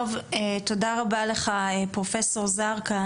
טוב, תודה רבה לך פרופ' זרקא.